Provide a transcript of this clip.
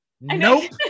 nope